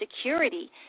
security